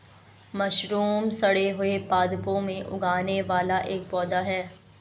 mushroom सड़े हुए पादपों में उगने वाला एक पौधा है